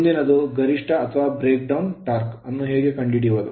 ಮುಂದಿನದು ಗರಿಷ್ಠ ಅಥವಾ breakdown breakdown torque torque ಅನ್ನು ಹೇಗೆ ಕಂಡುಹಿಡಿಯುವುದು